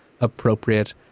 appropriate